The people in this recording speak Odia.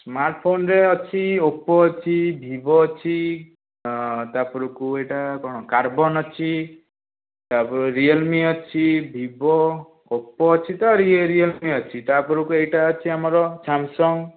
ସ୍ମାର୍ଟ୍ ଫୋନ୍ରେ ଅଛି ଓପୋ ଅଛି ଭିବୋ ଅଛି ତାପରକୁ ଏଇଟା କ'ଣ କାର୍ବନ ଅଛି ତାପରେ ରିଏଲମି ଅଛି ଭିବୋ ଓପୋ ଅଛି ତ ରିଏଲମି ଅଛି ତାପରକୁ ଏଇଟା ଅଛି ଆମର ସାମସଙ୍ଗ୍